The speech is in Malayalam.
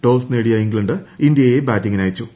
ടോസ് നേടിയ ഇംഗ്ളണ്ട് ഇന്തൃയെ ബാറ്റിംഗിനയച്ചു